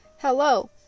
Hello